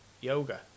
yoga